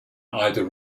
either